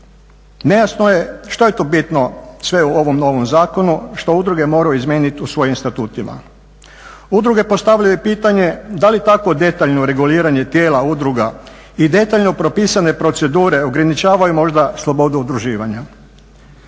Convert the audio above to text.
Nejasno je što je tu bitno sve u ovom novom zakonu, što udruge moraju izmijeniti u svojim statutima. Udruge postavljaju pitanje da li takvo detaljno reguliranje tijela udruga i detaljno propisane procedure ograničavaju možda slobodu udruživanja.